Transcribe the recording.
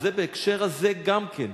וזה בהקשר הזה, גם כן,